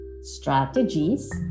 strategies